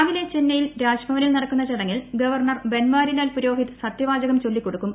രാവിലെ ചെന്നൈയിൽ രാജ്ഭവനിൽ നടക്കുന്ന ചടങ്ങിൽ ഗവർണർ ബൻവാരിലാൽ പുരോഹിത് സത്യവാചകം ചൊല്ലിക്കൊടുക്കും